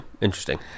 Interesting